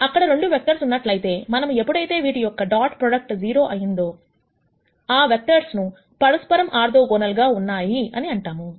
అక్కడ 2 వెక్టర్స్ ఉన్నట్ట్లయితే మనము ఎప్పుడైతే వీటి యొక్క డాట్ ప్రోడక్ట్ 0 అయిందో ఈ వెక్టర్లను పరస్పరం ఆర్థోగోనల్ గా ఉన్నాయి అంటాము